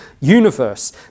universe